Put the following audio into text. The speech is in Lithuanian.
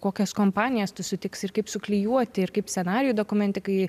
kokias kompanijas tu sutiksi ir kaip suklijuoti ir kaip scenarijų dokumentikai